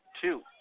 two